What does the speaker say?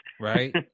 Right